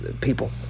people